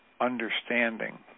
understanding